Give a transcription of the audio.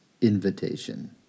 invitation